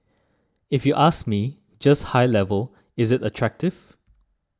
if you ask me just high level is it attractive